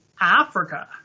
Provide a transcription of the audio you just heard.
Africa